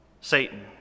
Satan